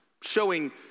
showing